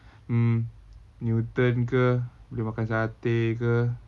mm newton ke boleh makan satay ke